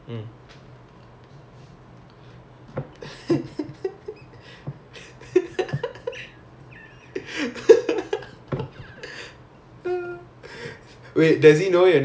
people then மூணு நாலு பேர் இருக்கோம் எத்தனை:moonu naalu paer irukom ethanai tutorial இருக்கு:irukku everytime என்ன தான் கேட்பான்:enna thaan kaetpaan like why ya I also don't know